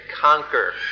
conquer